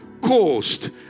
caused